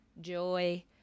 joy